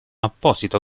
apposito